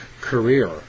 career